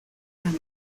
ramas